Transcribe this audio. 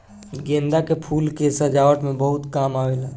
गेंदा के फूल के सजावट में बहुत काम आवेला